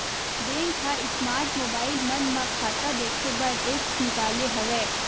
bank ह smart mobile मन म खाता देखे बर ऐप्स निकाले हवय